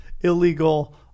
illegal